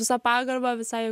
visa pagarba visai